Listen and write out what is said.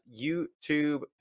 YouTube